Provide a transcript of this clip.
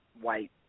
white